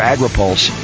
AgriPulse